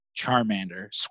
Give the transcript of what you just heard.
Charmander